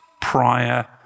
prior